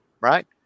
right